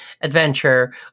adventure